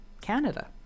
Canada